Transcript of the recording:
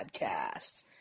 Podcast